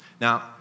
Now